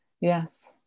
Yes